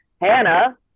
Hannah